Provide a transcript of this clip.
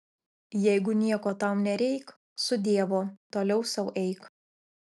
jeigu nieko tau nereik su dievu toliau sau eik